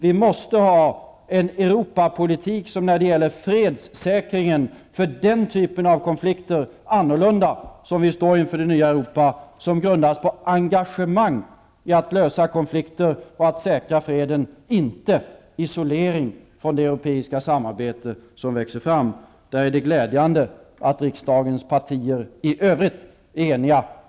Vi måste ha en Europapolitik som är annorlunda när det gäller fredssäkringen för den typ av konflikter som vi står inför i det nya Europa, som grundas på engagemang i att lösa konflikter och i att säkra freden -- inte isolering från det europeiska samarbete som växer fram. Det är glädjande att riksdagens partier i övrigt är eniga där.